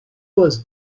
was